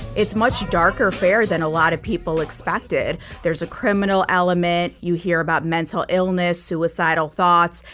it's much darker fare than a lot of people expected. there's a criminal element. you hear about mental illness suicidal thoughts.